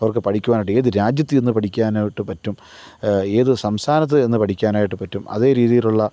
അവര്ക്ക് പഠിക്കുവാനായിട്ട് ഏത് രാജ്യത്ത് ചെന്ന് പഠിക്കാനുമായിട്ട് പറ്റും ഏത് സംസ്ഥാനത്ത് ചെന്ന് പഠിക്കാനായിട്ട് പറ്റും അതേ രീതിയിലുള്ള